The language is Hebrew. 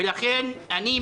ולכן אני,